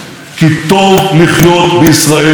זה היה עשור מופלא לא רק מבחינה כלכלית,